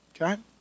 okay